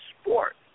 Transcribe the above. sport